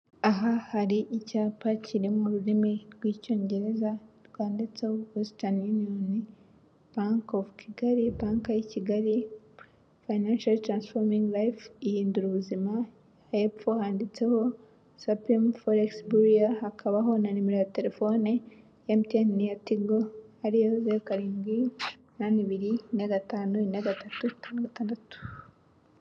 Aha hari icyapa kiri mu rurimi rw'icyongereza cyanditseho Western Union, bank of Kigali (banki y'i Kigali), financially transforming lives (ihindura ubuzima), hepfo handitseho Sapim Forex Bureau, hakabaho na nimero ya telefoni, MTN n'iya TIGO ariyo 0788454356.